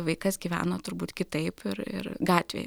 vaikas gyveno turbūt kitaip ir ir gatvėje